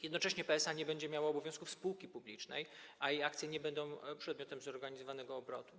Jednocześnie PSA nie będzie miało obowiązków spółki publicznej, a jej akcje nie będą przedmiotem zorganizowanego obrotu.